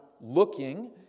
looking